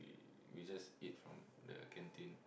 we we just eat from the canteen